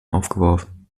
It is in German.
aufgeworfen